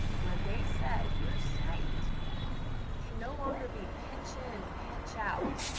where they said, your site can no longer be pinch in, pinch out.